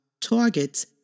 targets